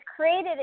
created